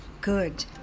Good